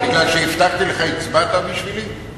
בגלל שהבטחתי לך הצבעת בשבילי?